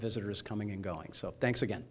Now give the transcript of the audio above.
visitors coming and going so thanks again